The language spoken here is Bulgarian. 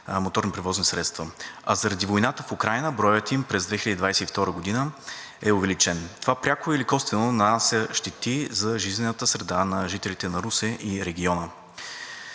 моторни превозни средства, а заради войната в Украйна броят им през 2022 г. е увеличен. Това пряко или косвено нанася щети за жизнената среда на жителите на Русе и региона.